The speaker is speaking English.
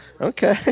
Okay